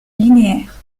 linéaire